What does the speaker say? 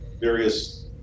various